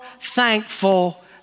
thankful